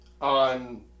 on